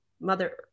Mother